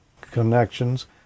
connections